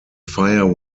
fire